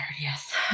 yes